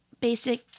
basic